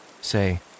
say